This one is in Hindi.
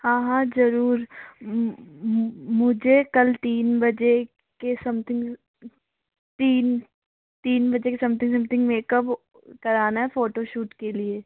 हाँ हाँ ज़रूर मुझे कल तीन बजे के समथिंग तीन तीन बजे समथिंग समथिंग मैकअप कराना है फोटोशूट के लिए